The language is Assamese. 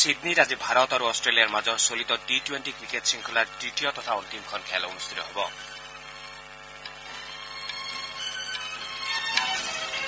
ছিডনীত আজি ভাৰত আৰু অট্টেলিয়াৰ মাজৰ চলিত টি টুৱেণ্টি ক্ৰিকেট শৃংখলাৰ তৃতীয় তথা অন্তিমখন খেল অনুষ্ঠিত হ'ব